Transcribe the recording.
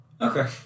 Okay